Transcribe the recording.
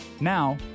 Now